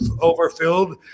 overfilled